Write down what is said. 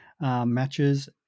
matches